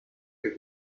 que